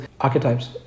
archetypes